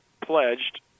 pledged